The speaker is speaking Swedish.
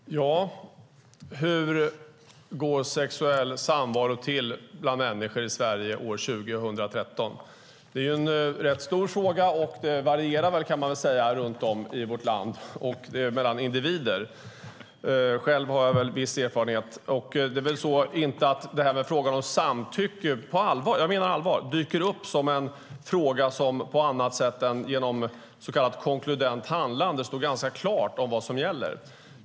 Herr talman! Ja, hur går sexuell samvaro till bland människor i Sverige år 2013? Det är en rätt stor fråga, och det varierar väl runt om i vårt land och mellan individer. Själv har jag väl viss erfarenhet. Frågan om samtycke - nu menar jag allvar - dyker väl inte upp på annat sätt än genom så kallat konkludent handlande, där det står ganska klart vad som gäller.